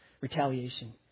retaliation